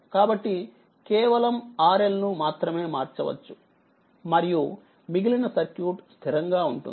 కాబట్టికేవలంRL ను మాత్రమే మార్చవచ్చు మరియు మిగిలిన సర్క్యూట్ స్థిరంగా ఉంటుంది